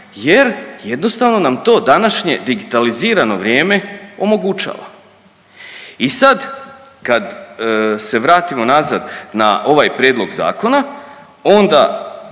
jer jednostavno nam to današnje digitalizirano vrijeme omogućava. I sad kad se vratimo nazad na ovaj prijedlog zakona onda